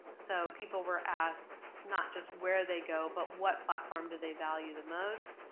so people were asked not just where they go, but what platform do they value the most.